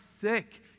sick